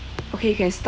okay you can stop